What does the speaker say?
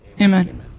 Amen